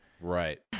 Right